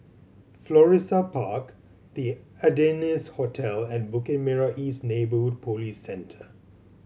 Florissa Park The Ardennes Hotel and Bukit Merah East Neighbourhood Police Centre